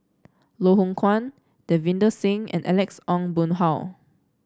Loh Hoong Kwan Davinder Singh and Alex Ong Boon Hau